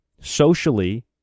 socially